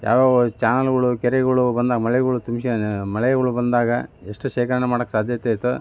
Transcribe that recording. ಯವ್ಯಾವ ಚಾನೆಲ್ಗಳು ಕೆರೆಗಳು ಬಂದು ಆ ಮಳೆಗಳು ತುಂಬಿಸ್ಯಾನ ಮಳೆಗಳು ಬಂದಾಗ ಎಷ್ಟು ಶೇಖರಣೆ ಮಾಡೋಕ್ಕೆ ಸಾಧ್ಯತೆ ಐತೊ